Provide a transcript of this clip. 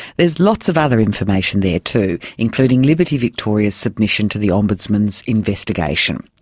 there's lots of other information there too, including liberty victoria's submission to the ombudsman's investigation.